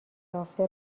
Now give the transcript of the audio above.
یافته